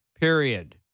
period